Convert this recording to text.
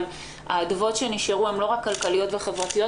אבל ה- -- שנשארו הן לא רק כלכליות וחברתיות,